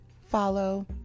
follow